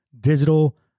digital